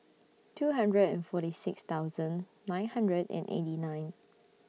two hundred and forty six thousand nine hundred and eighty nine